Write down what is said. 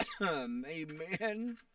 Amen